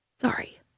Sorry